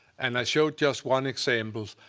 and i showed just one example.